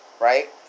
Right